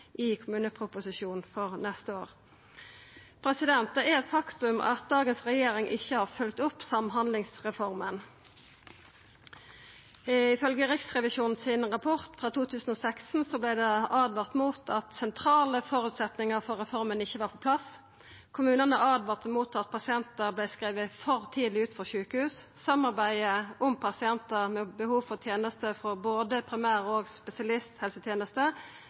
i kommuneproposisjonen for neste år. Det er eit faktum at dagens regjering ikkje har følgt opp Samhandlingsreforma. Ifølgje Riksrevisjonens rapport frå 2016 vart det åtvara mot at sentrale føresetnader for reforma ikkje var på plass. Kommunane åtvara mot at pasientar vart skrivne for tidleg ut frå sjukehus, og at samarbeidet om pasientar med behov for tenester frå både primær- og